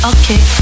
Okay